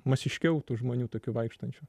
masiškiau tų žmonių tokių vaikštančių